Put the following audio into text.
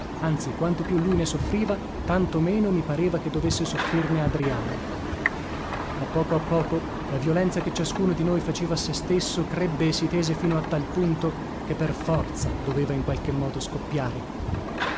anzi quanto più lui ne soffriva tanto meno mi pareva che dovesse soffrirne adriana a poco a poco la violenza che ciascuno di noi faceva a se stesso crebbe e si tese fino a tal punto che per forza doveva in qualche modo scoppiare